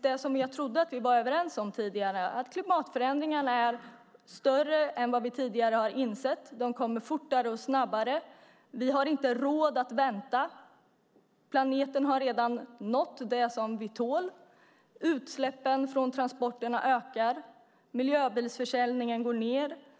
det som jag trodde att vi var överens om tidigare, att klimatförändringarna är större än vi tidigare har insett och att de kommer snabbare. Vi har inte råd att vänta. Planeten har redan nått det som den tål. Utsläppen från transporterna ökar. Miljöbilsförsäljningen går ned.